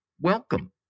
Welcome